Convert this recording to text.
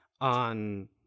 on